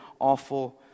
awful